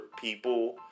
people